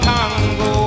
Congo